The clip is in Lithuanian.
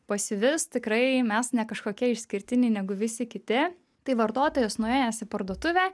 pasyvis tikrai mes ne kažkokie išskirtiniai negu visi kiti tai vartotojas nuėjęs į parduotuvę